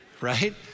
right